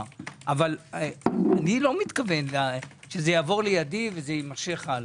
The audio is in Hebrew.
אבל אני לא מתכוון שזה יעבור לידי וזה יימשך הלאה.